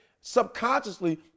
Subconsciously